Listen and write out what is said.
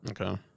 Okay